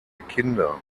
kinder